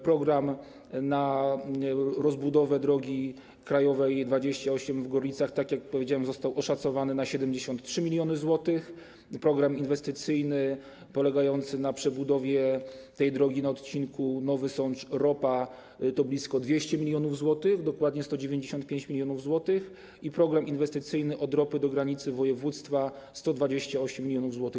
Program na rozbudowę drogi krajowej nr 28 w Gorlicach, tak jak powiedziałem, został oszacowany na 73 mln zł, a program inwestycyjny polegający na przebudowie tej drogi na odcinku Nowy Sącz - Ropa to blisko 200 mln zł, dokładnie 195 mln zł, i program inwestycyjny od Ropy do granicy województwa - 128 mln zł.